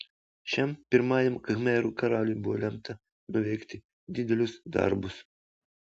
šiam pirmajam khmerų karaliui buvo lemta nuveikti didelius darbus